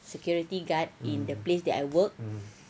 security guard in the place that I work